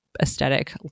aesthetic